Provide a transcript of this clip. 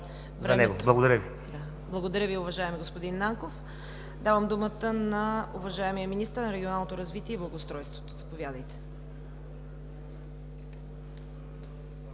Благодаря Ви, уважаеми господин Нанков. Давам думата на уважаемия Министър на регионалното развитие и благоустройството. Заповядайте.